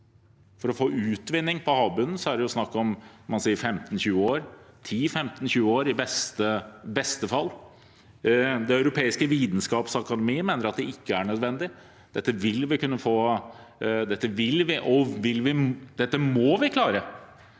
For å få utvinning på havbunnen er det snakk om 10– 15–20 år – i beste fall. Det europeiske vitenskapsakademiet mener at det ikke er nødvendig. Dette vil